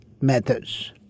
methods